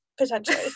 potentially